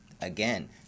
again